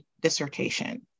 dissertation